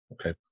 Okay